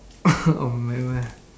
or whatever lah